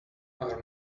our